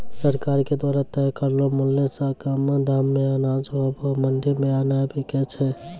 सरकार के द्वारा तय करलो मुल्य सॅ कम दाम मॅ अनाज आबॅ मंडी मॅ नाय बिकै छै